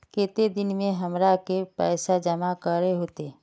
केते दिन में हमरा के पैसा जमा करे होते?